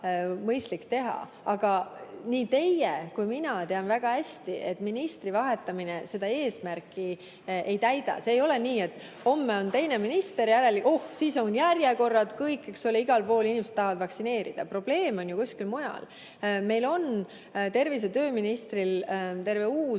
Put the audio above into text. teha. Aga me mõlemad teame väga hästi, et ministri vahetamine seda eesmärki ei täida. See ei ole nii, et homme on teine minister, ja siis on järjekorrad, igal pool inimesed tahavad vaktsineerida. Probleem on ju kuskil mujal. Meil on tervise- ja tööministril terve uus